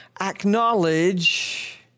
acknowledge